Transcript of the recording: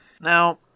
Now